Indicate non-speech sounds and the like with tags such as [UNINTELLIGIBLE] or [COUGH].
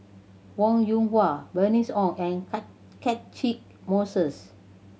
Wong Yoon Wah Bernice Ong and [UNINTELLIGIBLE] Catchick Moses